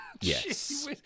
yes